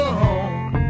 home